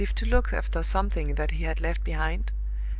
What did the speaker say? as if to look after something that he had left behind,